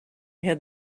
had